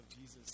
Jesus